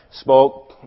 spoke